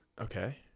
Okay